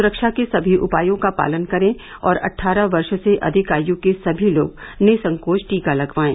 सुरक्षा के सभी उपायों का पालन करें और अट्ठारह वर्ष से अधिक आय के सभी लोग निःसंकोच टीका लगवाएं